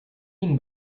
mean